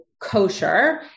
kosher